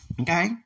Okay